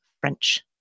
French